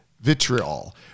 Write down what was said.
Vitriol